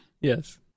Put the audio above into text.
yes